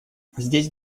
здесь